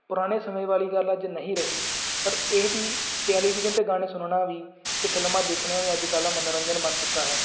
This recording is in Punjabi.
ਪੁਰਾਣੇ ਸਮੇਂ ਵਾਲੀ ਗੱਲ ਅੱਜ ਨਹੀਂ ਰਹੀ ਪਰ ਇਹ ਵੀ ਟੈਲੀਵਿਜ਼ਨ 'ਤੇ ਗਾਣੇ ਸੁਣਨਾ ਵੀ ਅਤੇ ਫਿਲਮਾਂ ਦੇਖਣੀਆਂ ਵੀ ਅੱਜ ਕੱਲ੍ਹ ਦਾ ਮਨੋਰੰਜਨ ਬਣ ਚੁੱਕਾ ਹੈ